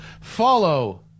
Follow